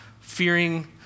fearing